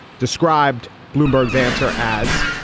described bloomberg's answer as.